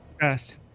Fast